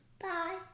Bye